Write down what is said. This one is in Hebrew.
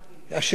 טנקים, מסוקים.